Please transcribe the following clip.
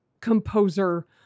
composer